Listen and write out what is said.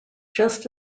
just